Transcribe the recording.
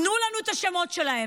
תנו לנו את השמות שלהם.